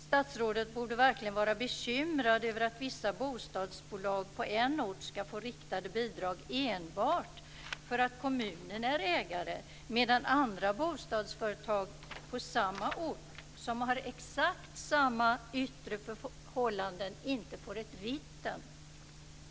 Statsrådet borde verkligen vara bekymrad över att vissa bostadsbolag på en ort ska få riktade bidrag enbart för att kommunen är ägare medan andra bostadsföretag på samma ort som har exakt samma yttre förhållanden inte får ett vitten.